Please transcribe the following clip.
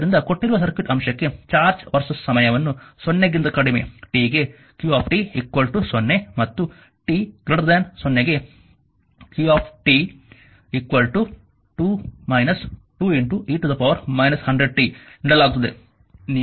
ಆದ್ದರಿಂದ ಕೊಟ್ಟಿರುವ ಸರ್ಕ್ಯೂಟ್ ಅಂಶಕ್ಕೆ ಚಾರ್ಜ್ ವರ್ಸಸ್ ಸಮಯವನ್ನು 0 ಗಿಂತ ಕಡಿಮೆ t ಗೆ q 0 ಮತ್ತು t 0 ಗೆ q 2 2e 100t ನೀಡಲಾಗುತ್ತದೆ